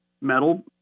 metal